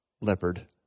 Leopard